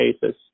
cases